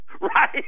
Right